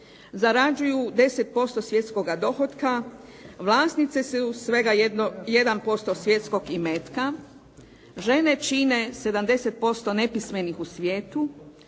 Zarađuju 10% svjetskoga dohotka, vlasnice su svega 1% svjetskog imetka, žene čine 70% nepismenih u svijetu,